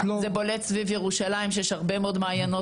זה בולט סביב ירושלים שיש הרבה מאוד מעיינות